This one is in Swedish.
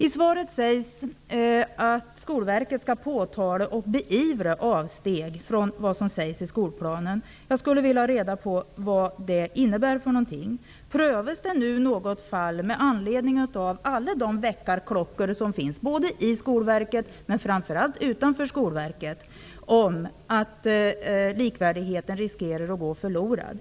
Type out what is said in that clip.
I svaret sägs att Skolverket skall påtala och beivra avsteg från det som sägs i läroplanen. Jag skulle vilja ha reda på vad detta innebär. Prövas det nu med anledning av alla de väckarklockor som ringer -- både i Skolverket och framför allt utanför Skolverket -- något fall, där likvärdigheten riskerar att gå förlorad?